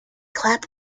clap